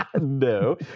No